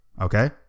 Okay